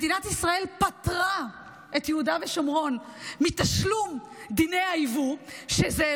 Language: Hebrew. מדינת ישראל פטרה את יהודה ושומרון מתשלום דיני היבוא שזה,